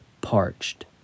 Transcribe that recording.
parched